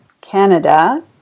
Canada